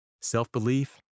Self-belief